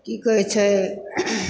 की कहै छै